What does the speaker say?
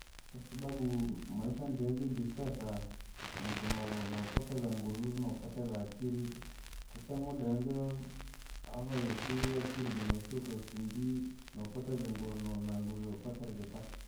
Kwasababu maisha ndeyazidi sasa, muntu no- nopateza nguru, nopoteza akiri, kwatitee muda wingi, ava vayosi akiri junoshuka usingi, napoteza nguru nu- nunaa nguru yopatira.